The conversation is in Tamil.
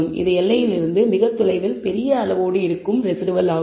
இது எல்லையிலிருந்து மிகத்தொலைவில் பெரிய அளவோடு இருக்கும் ரெஸிடுவல் ஆகும்